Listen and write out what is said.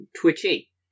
Twitchy